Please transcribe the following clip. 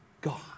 God